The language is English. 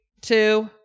two